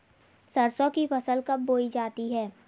सरसों की फसल कब बोई जाती है?